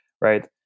right